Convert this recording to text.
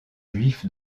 juifs